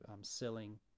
selling